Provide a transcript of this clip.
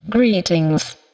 greetings